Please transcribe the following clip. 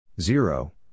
Zero